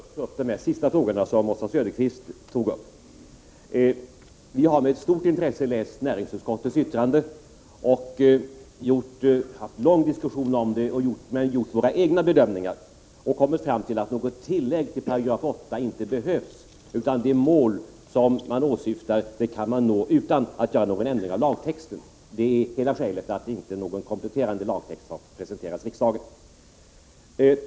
Herr talman! Jag vill först kommentera den sista fråga som Oswald Söderqvist tog upp. Vi har med stort intresse läst näringsutskottets yttrande och haft en lång diskussion om det, men i våra egna bedömningar har vi kommit fram till att något tillägg till 8 § inte behövs. De mål som åsyftas kan man nå utan att göra någon ändring av lagtexten. Det är hela skälet till att någon kompletterande lagtext inte har presenterats riksdagen.